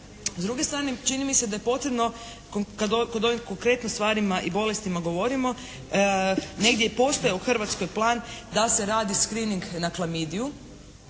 S druge strane čini mi se da je potrebno kod ovih konkretnih stvarima i bolestima govorimo, negdje postoji u Hrvatskoj plan da se radi screening na klamidiju